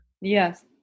Yes